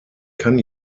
kann